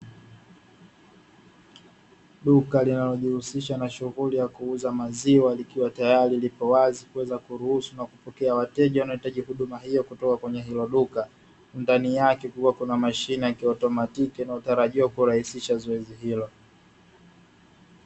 Duka linalojihusisha na shughuli ya kuuza maziwa likiwa tayari lipo wazi kuweza kuruhusu na kupokea wateja wanaohitaji huduma hiyo kutoka kwenye hilo duka, ndani yake huwa kuna mashine ya kiotomatiki inayotarajiwa kurahisisha zoezi hilo.